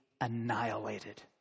annihilated